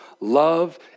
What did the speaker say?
love